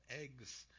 eggs